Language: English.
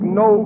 no